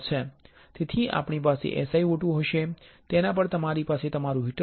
તેથી આપણી પાસે SiO2 હશે તેના પર તમારી પાસે તમારું હીટર છે